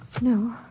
No